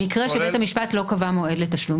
במקרה שבית המשפט לא קבע מועד לתשלום.